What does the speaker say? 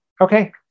Okay